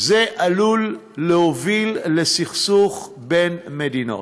זה עלול להוביל לסכסוך בין מדינות.